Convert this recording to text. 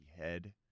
head